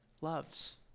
loves